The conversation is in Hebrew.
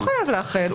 הוא לא חייב לאחד.